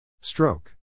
Stroke